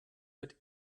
wird